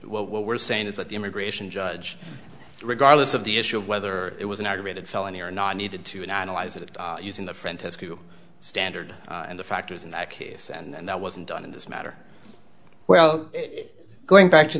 what we're saying is that the immigration judge regardless of the issue of whether it was an aggravated felony or not needed to analyze it using the francesca standard and the factors in that case and that wasn't done in this matter well going back to